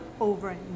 over